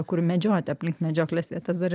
kur medžiot aplink medžioklės vietas dar ir